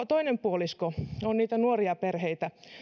toinen puolisko on niitä nuoria perheitä